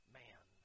man